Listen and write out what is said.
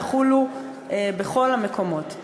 יחולו בכל המקומות.